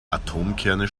atomkerne